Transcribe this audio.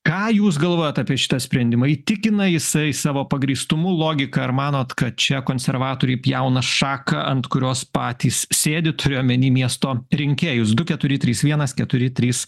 ką jūs galvojat apie šitą sprendimą įtikina jisai savo pagrįstumu logika ar manot kad čia konservatoriai pjauna šaką ant kurios patys sėdi turiu omeny miesto rinkėjus du keturi trys vienas keturi trys